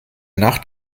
nacht